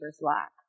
lack